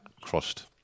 crossed